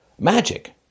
Magic